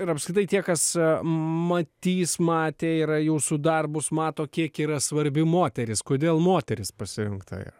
ir apskritai tiek kas a matys matė yra jūsų darbus mato kiek yra svarbi moteris kodėl moteris pasirinkta